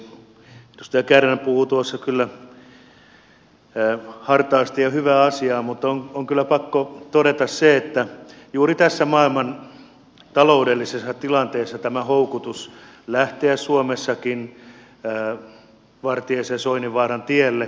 edustaja kärnä puhui tuossa kyllä hartaasti ja hyvää asiaa mutta on kyllä pakko todeta se että juuri tässä maailman taloudellisessa tilanteessa on tämä houkutus lähteä suomessakin vartiaisen ja soininvaaran tielle